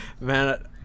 man